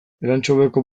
elantxobeko